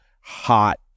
hot